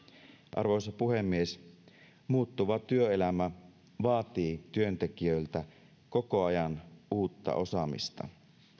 arvoisa puhemies muuttuva työelämä vaatii työntekijöiltä koko ajan uutta osaamista